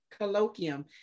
Colloquium